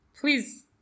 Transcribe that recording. Please